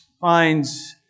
finds